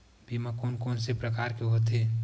बीमा कोन कोन से प्रकार के होथे?